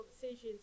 decisions